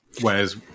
Whereas